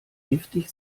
giftig